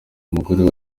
umugore